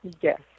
Yes